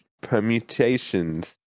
permutations